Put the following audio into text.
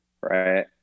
Right